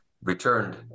returned